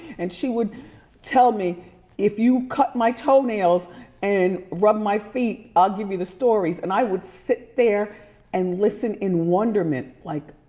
and she would tell me if you cut my toenails and rub my feet, i'll give you the stories. and i would sit there and listen in wonderment, like,